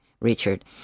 Richard